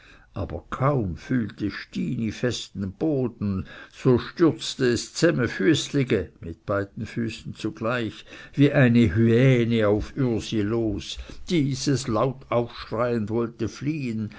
aber kaum fühlte stini festen boden so stürzte es zsämefüeßlige wie eine hyäne auf ürsi los dieses laut aufschreiend wollte fliehen